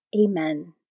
Amen